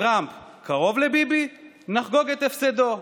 טראמפ קרוב לביבי, נחגוג את הפסדו.